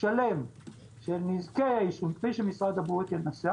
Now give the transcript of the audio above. שלם של נזקי העישון כפי שמשרד הבריאות ינסח.